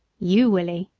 you, willie,